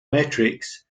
metrics